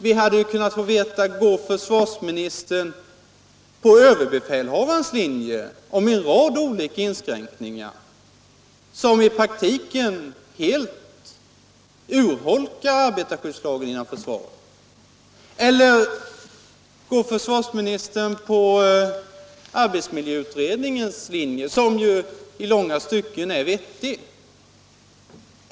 Vi hade ju kunnat få veta: Går försvarsministern på överbefälhavarens linje med en rad olika inskränkningar, som i praktiken helt urholkar arbetarskyddslagen inom försvaret? Går försvarsministern kanske på arbetsmiljöutredningens linje, som i långa stycken är vettig?